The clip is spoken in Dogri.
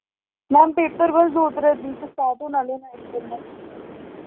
मैम पेपर बस दो त्रै दिन च स्टार्ट होन आह्ले न इंटर्नल